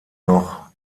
noch